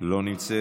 לא נמצאת.